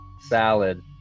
salad